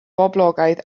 boblogaidd